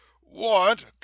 What